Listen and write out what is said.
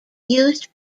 used